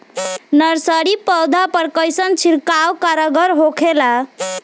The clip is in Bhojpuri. नर्सरी पौधा पर कइसन छिड़काव कारगर होखेला?